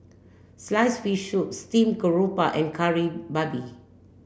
sliced fish Steamed Garoupa and Kari Babi